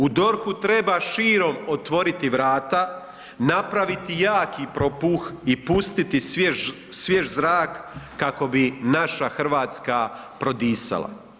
U DORH-u treba širom otvoriti vrata, napraviti jaki propuh i pustiti svjež zrak kako bi naša Hrvatska prodisala.